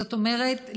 זאת אומרת,